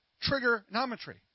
trigonometry